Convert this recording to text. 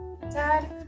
Dad